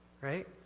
right